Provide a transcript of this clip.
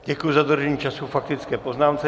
Děkuji za dodržení času k faktické poznámce.